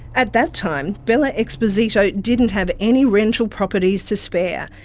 at that time, bella exposito didn't have any rental properties to spare.